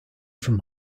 from